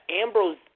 Ambrose